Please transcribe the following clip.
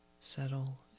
Settle